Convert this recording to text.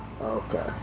Okay